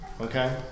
Okay